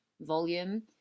volume